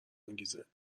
انگیزه